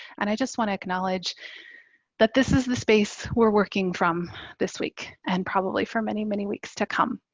and i just wanna acknowledge that this is the space we're working from this week and probably for many many weeks to come.